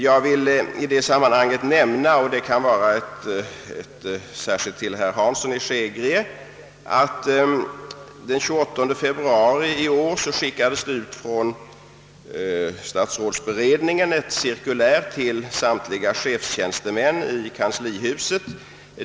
Jag vill i sammanhanget nämna — och jag vänder mig då särskilt till herr Hansson i Skegrie — att det den 28 februari i år skickades ut ett cirkulär från statsrådsberedningen till samtliga chefstjänstemän i kanslihuset.